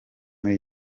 muri